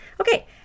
Okay